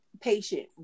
patient